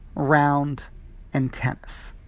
round and tennis.